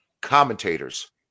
commentators